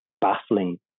baffling